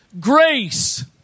grace